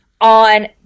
on